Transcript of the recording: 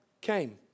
came